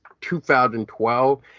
2012